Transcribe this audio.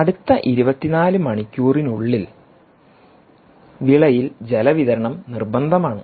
അടുത്ത 24 മണിക്കൂറിനുള്ളിൽ വിളയിൽ ജലവിതരണം നിർബന്ധമാണ്